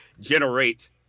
generate